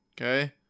Okay